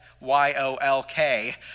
Y-O-L-K